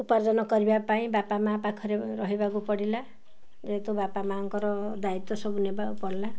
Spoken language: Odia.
ଉପାର୍ଜନ କରିବା ପାଇଁ ବାପା ମାଆ ପାଖରେ ରହିବାକୁ ପଡ଼ିଲା ଯେହେତୁ ବାପା ମାଆଙ୍କର ଦାୟିତ୍ୱ ସବୁ ନେବାକୁ ପଡ଼ିଲା